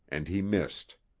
and he missed.